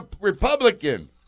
republican